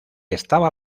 estaba